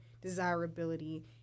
desirability